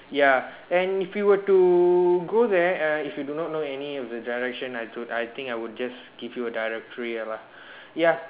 ya and if you were to go there uh if you do not know any of the direction I could I think I would just give you a directory ya